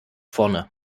vorne